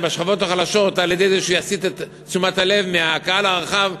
ובשכבות החלשות על-ידי זה שהוא יסיט את תשומת הלב מהקהל הרחב,